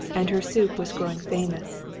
and her soup was growing famous.